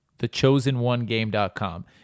thechosenonegame.com